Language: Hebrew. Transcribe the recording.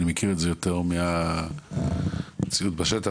אני מכיר את זה יותר מהמציאות בשטח,